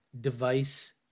Device